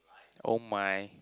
oh my